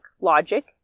logic